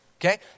okay